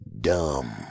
dumb